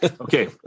Okay